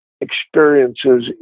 experiences